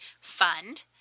fund